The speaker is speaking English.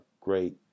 great